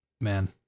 Man